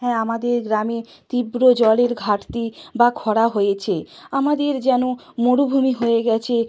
হ্যাঁ আমাদের গ্রামে তীব্র জলের ঘাটতি বা খরা হয়েছে আমাদের যেন মরুভূমি হয়ে গিয়েছে